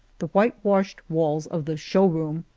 the whitewashed walls of the show-room,